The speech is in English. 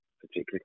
particularly